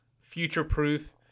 future-proof